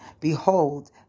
Behold